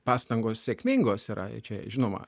pastangos sėkmingos yra čia žinoma